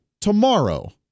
tomorrow